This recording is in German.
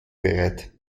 bereit